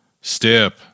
Step